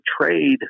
trade